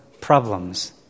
problems